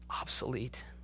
obsolete